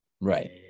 Right